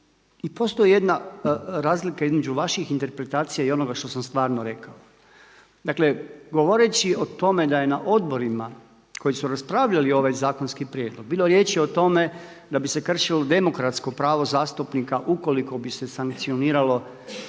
i postoji jedna razlika između vaših interpretacija i onoga što sam stvarno rekao. Dakle govoreći o tome da je na odborima koji su raspravljali ovaj zakonski prijedlog bilo riječi o tome da bi se kršilo demokratsko pravo zastupnika ukoliko bi se sankcioniralo ne